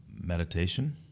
Meditation